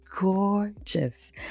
gorgeous